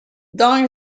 dong